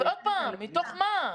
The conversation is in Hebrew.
מתוך מה?